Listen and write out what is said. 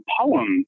poem